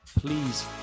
please